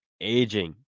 aging